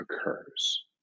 occurs